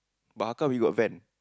but how come we got van